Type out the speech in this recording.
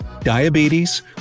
diabetes